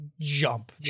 jump